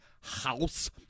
House